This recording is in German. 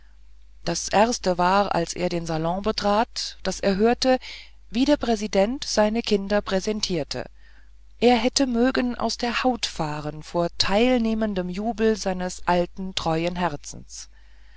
das erste war als er in den salon trat daß er hörte wie der präsident seine kinder präsentierte er hätte mögen aus der haut fahren vor teilnehmendem jubel seines alten treuen herzens